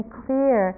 clear